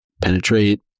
penetrate